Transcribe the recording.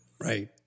Right